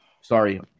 sorry